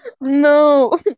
no